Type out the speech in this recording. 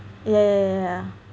yeah yeah yeah yeah